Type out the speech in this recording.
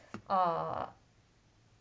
uh